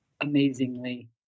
amazingly